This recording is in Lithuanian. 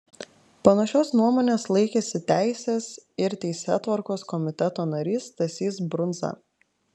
panašios nuomonės laikėsi teisės ir teisėtvarkos komiteto narys stasys brundza